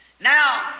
Now